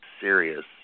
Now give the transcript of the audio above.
serious